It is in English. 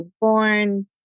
born